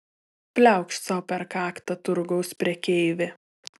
pliaukšt sau per kaktą turgaus prekeivė